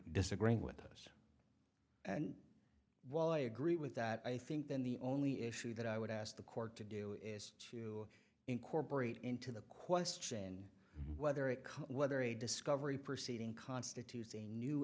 disagreeing with us and while i agree with that i think then the only issue that i would ask the court to do is to incorporate into the question whether it can whether a discovery proceeding constitutes a new